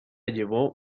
llevó